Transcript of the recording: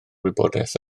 wybodaeth